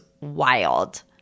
wild